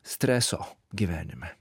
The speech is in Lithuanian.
streso gyvenime